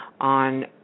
on